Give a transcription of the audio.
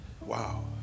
Wow